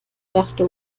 dachte